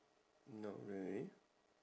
not really